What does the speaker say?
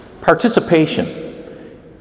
Participation